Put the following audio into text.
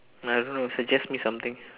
I don't know suggest me something